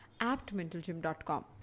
aptmentalgym.com